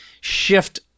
shift